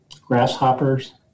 grasshoppers